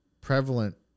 prevalent